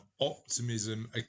optimism